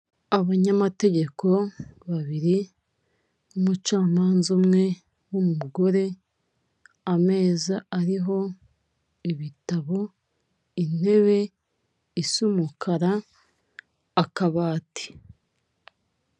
Abanyamategeko babiri n'umucamanza umwe w'umugore, ameza ariho ibitabo, intebe isa umukara, akabati.